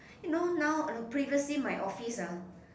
you know now uh previously my office ah